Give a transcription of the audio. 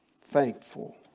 Thankful